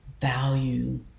value